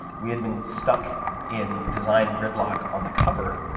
we had been stuck in design gridlock on the cover.